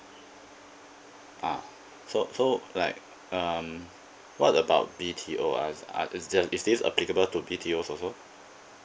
ah so so like um what about B_T_O ah uh is just is this applicable to B_T_O also